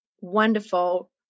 wonderful